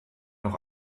noch